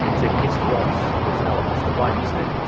so if it hits the rocks there's no one else to blame, is there?